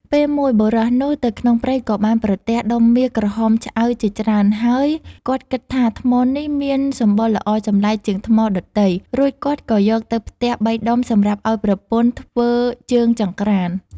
ពេលមួយ បុរសនោះទៅក្នុងព្រៃក៏បានប្រទះដុំមាសក្រហមឆ្អៅជាច្រើន ហើយគាត់គិតថា ថ្មនេះមានសម្បុរល្អចម្លែកជាងថ្មដទៃ រួចគាត់ក៏យកទៅផ្ទះបីដុំសម្រាប់ឲ្យប្រពន្ធធ្វើជើងចង្ក្រាន។